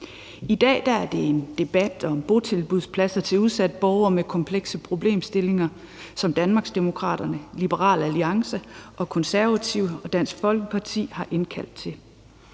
I dag er det en debat om botilbudspladser til udsatte borgere med komplekse problemstillinger, som Danmarksdemokraterne, Liberal Alliance, Konservative og Dansk Folkeparti har indkaldt til.